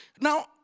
Now